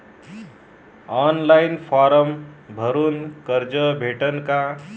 Online form भरून कर्ज भेटन का?